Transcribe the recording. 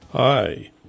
Hi